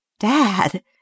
Dad